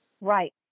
Right